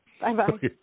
bye-bye